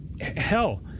hell